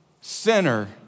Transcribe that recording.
sinner